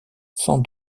sans